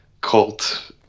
cult